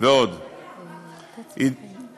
ומוסדות